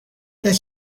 that